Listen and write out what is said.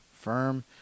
firm